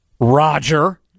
Roger